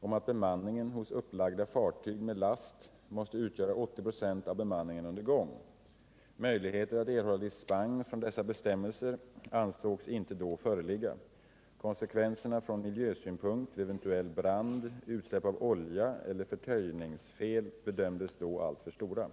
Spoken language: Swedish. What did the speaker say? om att bemanningen hos upplagda fartyg med last måste utgöra 80 96 av bemanningen under gång. Möjligheter att erhålla dispens från dessa bestämmelser ansågs inte då föreligga. Konsekvenserna från miljösynpunkt vid eventuell brand, utsläpp av olja eller förtöjningsfel bedömdes då alltför stora.